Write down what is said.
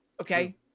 Okay